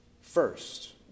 First